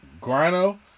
Grano